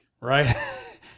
right